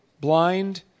blind